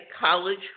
college